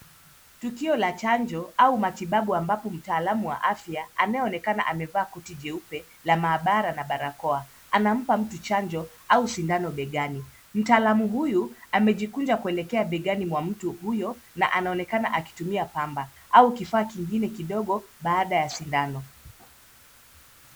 Tukio la chanjo au matibabu ambapo mtaalamu wa afya anayeonekana amevaa koti jeupe la maabara na barakoa. Anampa mtu chanjo au sindano begani. Mtaalamu huyu amejikunja kuelekea begani mwa mtu huyo na anaonekana akitumia pamba au kifaa kingine kidogo baada ya sindano.